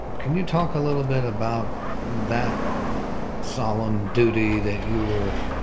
can you talk a little bit about that solemn duty that you were